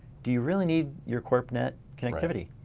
do you really need your corpnet connectivity.